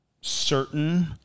certain